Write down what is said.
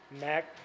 Mac